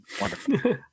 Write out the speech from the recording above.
wonderful